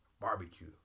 barbecue